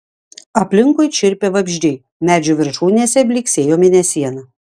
aplinkui čirpė vabzdžiai medžių viršūnėse blyksėjo mėnesiena